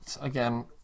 again